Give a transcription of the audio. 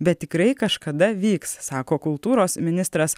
bet tikrai kažkada vyks sako kultūros ministras